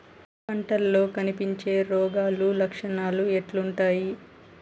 పంటల్లో కనిపించే రోగాలు లక్షణాలు ఎట్లుంటాయి?